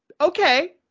Okay